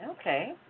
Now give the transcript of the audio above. Okay